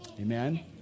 Amen